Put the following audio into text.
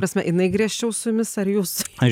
ta prasme jinai griežčiau su jumis ar jūs su ja